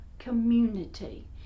Community